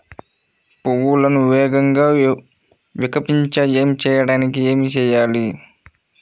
పువ్వులను వేగంగా వికసింపచేయటానికి ఏమి చేయాలి?